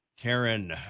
Karen